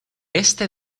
este